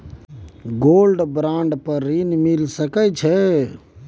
Gold bond पर ऋण मिल सके छै?